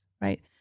right